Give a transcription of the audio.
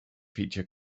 feature